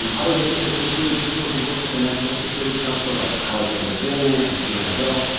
um other witnesses include people who worked at the national security council, like alexander vindman and fiona hill.